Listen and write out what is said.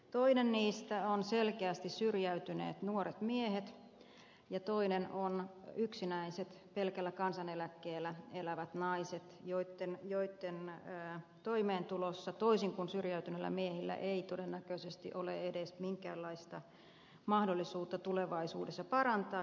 toinen niistä on selkeästi syrjäytyneet nuoret miehet ja toinen on yksinäiset pelkällä kansaneläkkeellä elävät naiset joitten toimeentuloa toisin kuin syrjäytyneiden miesten ei todennäköisesti ole edes minkäänlaista mahdollisuutta tulevaisuudessa parantaa